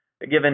Given